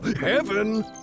Heaven